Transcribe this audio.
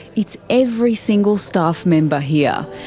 it's every single staff member here,